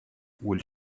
will